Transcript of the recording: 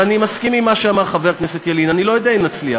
ואני מסכים עם מה שאמר חבר הכנסת ילין: אני לא יודע אם נצליח,